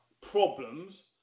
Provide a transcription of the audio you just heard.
problems